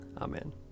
Amen